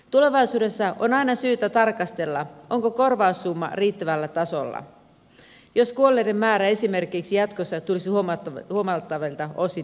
tulevaisuudessa on aina syytä tarkastella onko korvaussumma riittävällä tasolla jos kuolleiden määrä esimerkiksi jatkossa tulisi huomattavilta osin seurakunnassa tai alueella kasvamaan